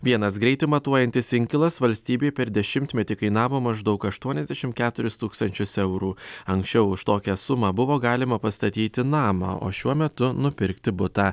vienas greitį matuojantis inkilas valstybei per dešimtmetį kainavo maždaug aštuoniasdešimt keturis tūkstančius eurų anksčiau už tokią sumą buvo galima pastatyti namą o šiuo metu nupirkti butą